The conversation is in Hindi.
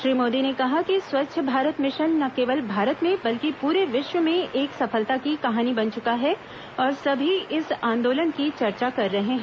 श्री मोदी ने कहा कि स्वच्छ भारत मिशन न केवल भारत में बल्कि पूरे विश्व में एक सफलता की कहानी बन चुका है और सभी इस आंदोलन की चर्चा कर रहे हैं